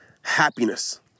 happiness